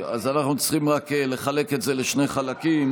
אנחנו צריכים לחלק את זה לשני חלקים.